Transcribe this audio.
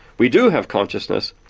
we do have consciousness,